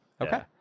Okay